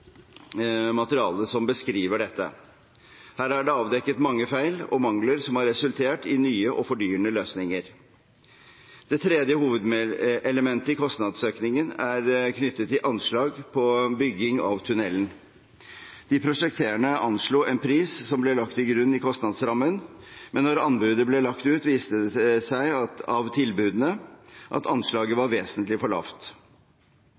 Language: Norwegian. materialet som beskriver dette. Her er det avdekket mange feil og mangler, som har resultert i nye og fordyrende løsninger. Det tredje hovedelementet i kostnadsøkningen er knyttet til anslag på bygging av tunnelen. De prosjekterende anslo en pris som ble lagt til grunn i kostnadsrammen, men da anbudet ble lagt ut, viste det seg av tilbudene at anslaget var vesentlig for lavt.